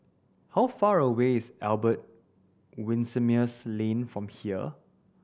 how far away is Albert Winsemius Lane from here